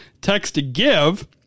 text-to-give